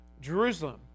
Jerusalem